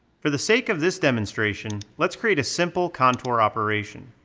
for the sake of this demonstration, let's create a simple contour operation.